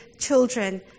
children